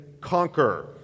conquer